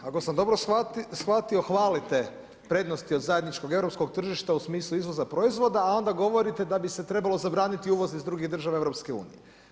Ako sam dobro shvatio, hvalite prednosti od zajedničkog europskog tržišta u smislu izvoza proizvoda a onda govorite da bi se trebalo zabraniti uvoz iz drugih država EU-a.